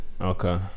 Okay